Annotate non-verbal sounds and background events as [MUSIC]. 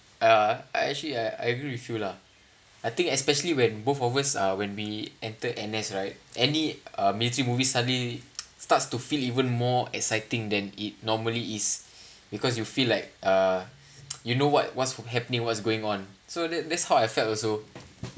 uh I actually I I agree with you lah I think especially when both of us are when we enter N_S right any uh military movie suddenly [NOISE] starts to feel even more exciting than it normally is because you feel like uh you know [NOISE] what what was happening what's going on so that that's how I felt also